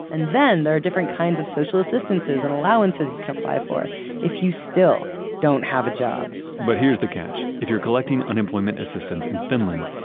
and then there are different kinds of social assistances and allowances you can apply for if you still don't have a job but here's the catch. if you are collecting unemployment assistance in finland,